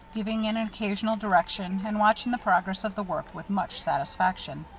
giving an occasional direction, and watching the progress of the work with much satisfaction.